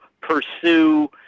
pursue